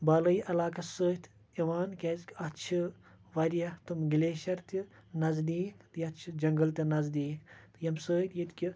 بالٲیی علاقَس سۭتۍ یِوان کیٚازِکہِ اَتھ چھِ واریاہ تِم گٕلیشَر تہِ نَزدیٖک تہٕ یَتھ چھِ جنٛگَل تہِ نَزدیٖک تہٕ ییٚمہِ سۭتۍ ییٚتہِ کہِ